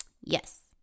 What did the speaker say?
Yes